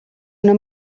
una